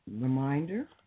Reminder